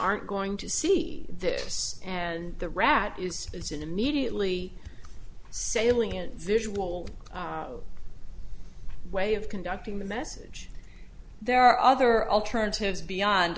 aren't going to see this and the rat is it immediately sailing in visual way of conducting the message there are other alternatives beyond